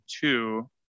two